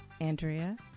Andrea